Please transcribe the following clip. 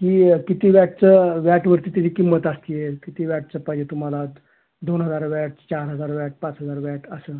की किती वॅटचं वॅटवरती त्याची किंमत असते आहे किती वॅटचं पाहिजे तुम्हाला त् दोन हजार वॅट च् चार हजार वॅट पाच हजार वॅट असं